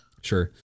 sure